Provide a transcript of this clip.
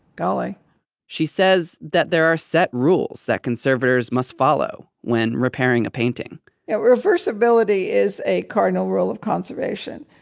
golly she says that there are set rules that conservators must follow when repairing a painting reversibility is a cardinal rule of conservation.